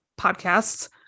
podcasts